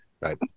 Right